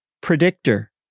Predictor